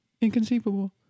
inconceivable